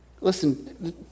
Listen